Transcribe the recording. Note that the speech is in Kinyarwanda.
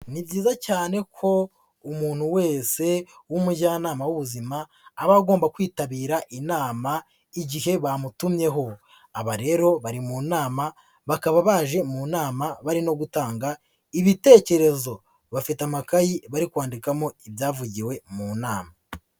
Ni byiza cyane ko umuntu wese w'umujyanama w'ubuzima aba agomba kwitabira inama igihe bamutumyeho. Aba rero bari mu nama bakaba baje mu nama barimo gutanga ibitekerezo. Bafite amakayi bari kwandikamo ibyavugiwe mu nama.